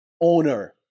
owner